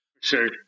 Sure